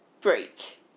break